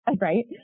Right